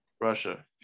Russia